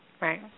Right